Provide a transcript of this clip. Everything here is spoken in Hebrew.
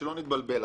שלא נתבלבל.